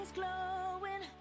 glowing